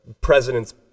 president's